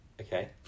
Okay